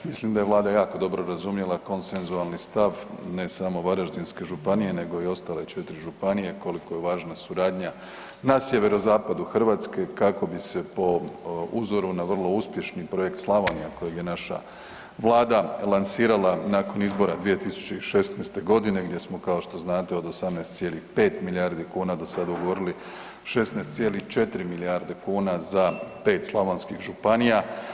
Mislim da je vlada jako dobro razumjela konsensualni stav ne samo Varaždinske županije nego i ostale 4 županije koliko je važna suradnja na sjeverozapadu Hrvatske kako bi se po uzoru na vrlo uspješni „Projekt Slavonija“ kojeg je naša vlada lansirala nakon izbora 2016.g. gdje smo kao što znate od 18,5 milijardi kuna dosad ugovorili 16,4 milijarde kuna za 5 slavonskih županija.